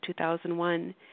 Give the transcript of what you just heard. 2001